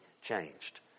changed